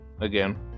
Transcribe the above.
again